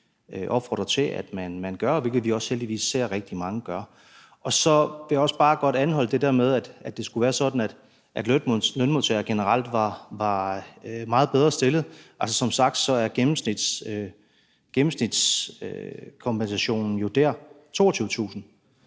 opfordrer til at man gør, og hvilket vi heldigvis også ser rigtig mange gøre. Så vil jeg også bare godt anholde det der med, at det skulle være sådan, at lønmodtagere generelt var meget bedre stillet. Som sagt er gennemsnitskompensationen jo dér 22.000